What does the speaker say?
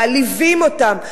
מעליבים אותם,